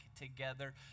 together